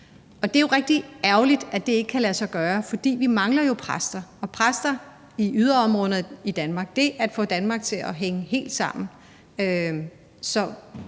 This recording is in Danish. Det er jo rigtig ærgerligt, at det ikke kan lade sig gøre, for vi mangler jo præster, og hvis vi havde præster i yderområderne i Danmark, ville Danmark komme til at hænge helt sammen.